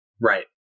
Right